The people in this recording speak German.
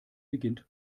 beginnt